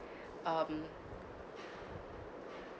um